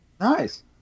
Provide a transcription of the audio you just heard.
Nice